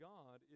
God